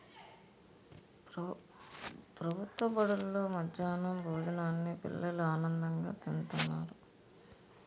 ప్రభుత్వ బడుల్లో మధ్యాహ్నం భోజనాన్ని పిల్లలు ఆనందంగా తింతన్నారు